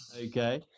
okay